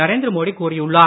நரேந்திர மோடி கூறியுள்ளார்